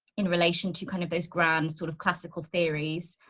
in relation to kind of those grand sort of classical theories.